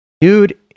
Dude